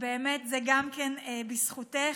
באמת, זה גם בזכותך.